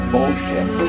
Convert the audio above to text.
Bullshit